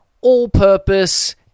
all-purpose